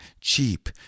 cheap